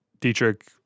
Dietrich